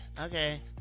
okay